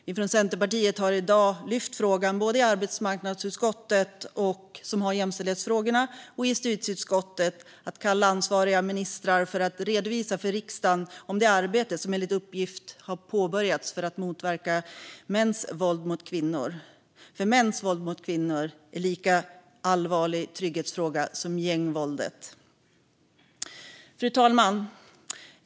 Vi från Centerpartiet har i dag lyft fram frågan både i arbetsmarknadsutskottet som har jämställdhetsfrågorna och i justitieutskottet att kalla ansvariga ministrar för att redovisa för riksdagen det arbete som enligt uppgift har påbörjats för att motverka mäns våld mot kvinnor. Mäns våld mot kvinnor är en lika allvarlig trygghetsfråga som gängvåldet. Fru talman!